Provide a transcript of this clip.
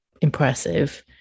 impressive